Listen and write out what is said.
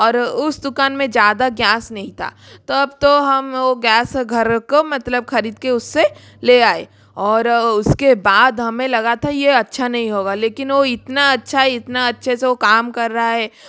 और उस दुकान मे ज़्यादा गैस नहीं था तब तो हम वह गैस घर को मतलब ख़रीद कर उससे ले आए और उसके बाद हमें लगा था यह अच्छा नहीं होगा लेकिन वह इतना अच्छा इतना अच्छा से वह काम कर रहा है